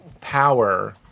power